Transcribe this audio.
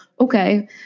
okay